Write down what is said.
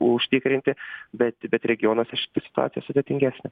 užtikrinti bet bet regionuose šita situacija sudėtingesnė